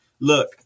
Look